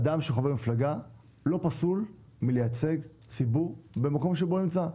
אדם שהוא חבר מפלגה לא פסול מלייצג ציבור במקום שבו הוא נמצא,